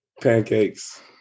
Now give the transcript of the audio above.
Pancakes